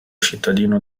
cittadino